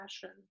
passion